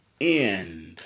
end